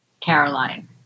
Caroline